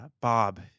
Bob